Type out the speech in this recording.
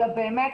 אלא באמת,